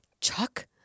Chuck